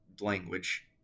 language